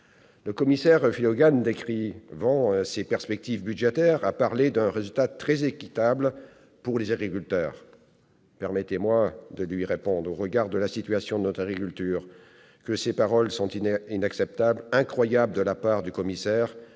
Le commissaire européen Phil Hogan, décrivant ces perspectives budgétaires, a parlé d'un « résultat très équitable pour les agriculteurs ». Permettez-moi de lui répondre que, au regard de la situation de notre agriculture, ces paroles sont inacceptables, incroyables de la part du commissaire